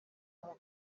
mubiri